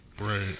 Right